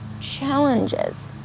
challenges